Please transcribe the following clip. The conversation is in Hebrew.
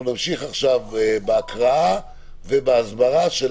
אנחנו נמשיך עכשיו בהקראה ובהסברה של